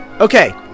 Okay